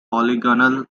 polygonal